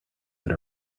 that